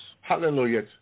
Hallelujah